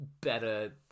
better